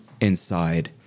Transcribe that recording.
inside